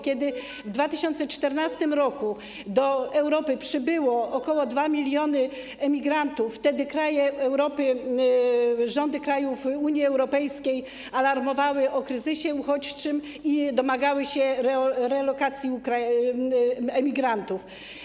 Kiedy w 2014 r. do Europy przybyło ok. 2 mln emigrantów, kraje Europy, rządy krajów Unii Europejskiej alarmowały o kryzysie uchodźczym i domagały się relokacji emigrantów.